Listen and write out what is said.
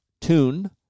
tune